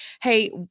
hey